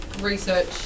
research